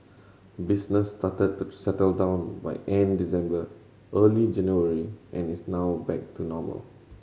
business started to settle down by end December early January and is now back to normal